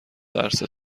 ترس